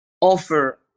offer